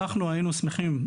אנחנו היינו שמחים,